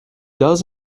does